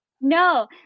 No